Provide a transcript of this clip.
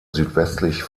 südwestlich